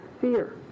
fear